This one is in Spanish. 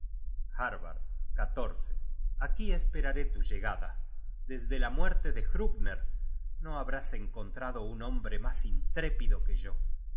injuriosas harbard aquí esperaré tu llegada desde la muerte de hrugner no habrás encontrado un hombre mas intrépido que yo fui